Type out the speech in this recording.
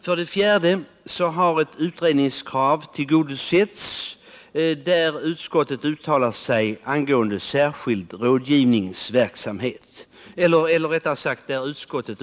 För det fjärde har ett utredningskrav tillgodosetts när utskottet uttalat sig för en fortsatt utredning beträffande särskild rådgivningsverksamhet.